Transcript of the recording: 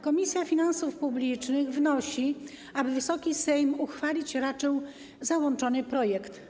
Komisja Finansów Publicznych wnosi, aby Wysoki Sejm uchwalić raczył załączony projekt.